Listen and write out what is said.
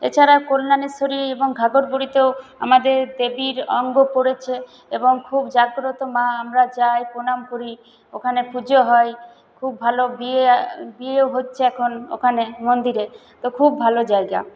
এছাড়া কল্যানেশ্বরী এবং ঘাগরবুড়িতেও আমাদের দেবীর অঙ্গ পড়েছে এবং খুব জাগ্রত মা আমরা যাই প্রণাম করি ওখানে পুজো হয় খুব ভালো বিয়ে বিয়ে হচ্ছে এখন ওখানে মন্দিরে তো খুব ভালো জায়গা